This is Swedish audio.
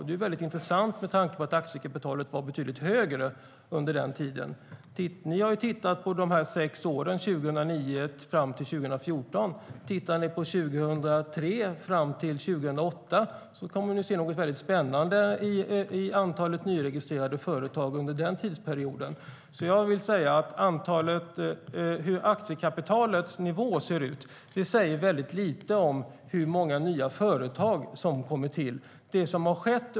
Det är intressant, med tanke på att aktiekapitalet var betydligt högre under den tiden. Ni har tittat på de sex åren 2009-2014. Om ni tittar på åren 2003-2008 kommer ni att se något spännande i antalet nyregistrerade företag under den tidsperioden. Aktiekapitalets nivå säger väldigt lite om hur många nya företag som kommer till.